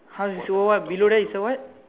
how you so what below that is a what